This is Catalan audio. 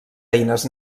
eines